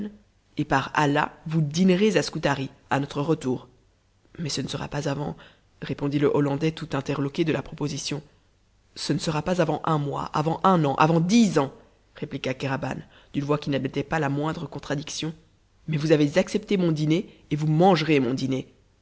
et par allah vous dinerez à scutari à notre retour mais ce ne sera pas avant répondit le hollandais tout interloqué de la proposition ce ne sera pas avant un mois avant un an avant dix ans répliqua kéraban d'une voix qui n'admettait pas la moindre contradiction mais vous avez accepté mon dîner et vous mangerez mon dîner